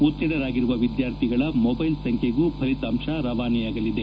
ಉತ್ತೀರ್ಣರಾಗಿರುವ ವಿದ್ಯಾರ್ಥಿಗಳ ಮೊಬ್ಟೆಲ್ ಸಂಖ್ಯೆಗೂ ಫಲಿತಾಂಶ ರವಾನೆಯಾಗಲಿದೆ